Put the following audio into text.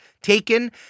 taken